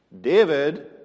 David